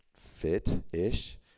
fit-ish